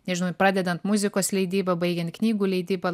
nežinau ir pradedant muzikos leidyba baigiant knygų leidyba